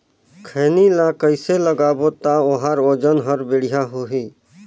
खैनी ला कइसे लगाबो ता ओहार वजन हर बेडिया होही?